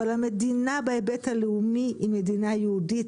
אבל המדינה בהיבט הלאומי היא מדינה יהודית,